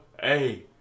hey